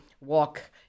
walk